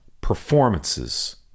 performances